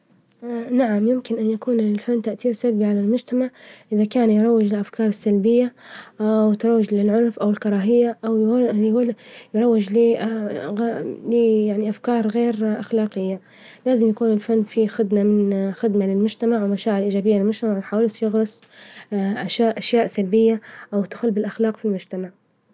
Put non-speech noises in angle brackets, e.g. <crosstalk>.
<hesitation> نعم يمكن أن يكون للفن تأثير سلبي على المجتمع إذا كان يروج للأفكار السلبية، <hesitation> وتروج للعنف، أو الكراهية، أو يروج ل <hesitation> ل يعني لأفكار غير أخلاجية، لازم يكون الفن فيه خدمة من خدمة للمجتمع ومشاعر إيجابية للمجتمع، ومنحاولش نغرس <hesitation> أشياء سلبية أو تخرب الأخلاق في المجتمع.